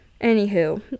Anywho